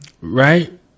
Right